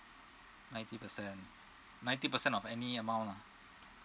ninety percent ninety percent of any amount lah